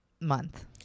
month